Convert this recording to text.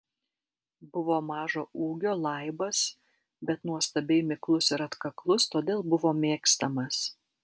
buvo mažo ūgio laibas bet nuostabiai miklus ir atkaklus todėl buvo mėgstamas